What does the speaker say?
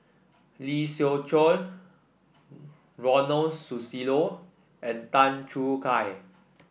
Lee Siew Choh Ronald Susilo and Tan Choo Kai